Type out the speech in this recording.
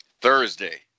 Thursday